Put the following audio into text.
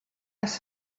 have